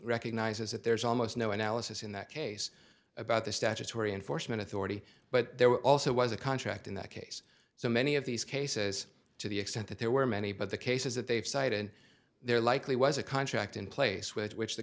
recognizes that there's almost no analysis in that case about the statutory enforcement authority but there were also was a contract in that case so many of these cases to the extent that there were many but the cases that they've cited there likely was a contract in place with which the